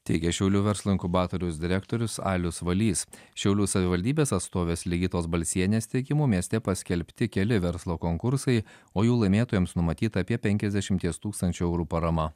teigia šiaulių verslo inkubatoriaus direktorius alius valys šiaulių savivaldybės atstovės ligitos balsienės teigimu mieste paskelbti keli verslo konkursai o jų laimėtojams numatyta apie penkiasdešimties tūkstančių eurų parama